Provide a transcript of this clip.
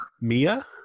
mia